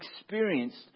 experienced